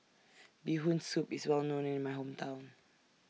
Bee Hoon Soup IS Well known in My Hometown